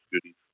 goodies